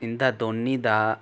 इंदा दौनें दा